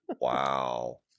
Wow